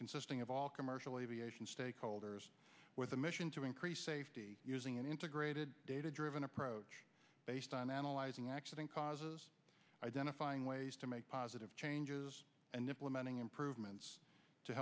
consisting of all commercial aviation stakeholders with a mission to increase safety using an integrated data driven approach based on analyzing accident causes identifying ways to make positive changes and implementing improvements to